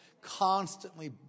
Constantly